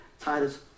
Titus